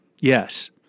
Yes